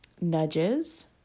nudges